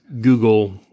Google